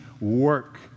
work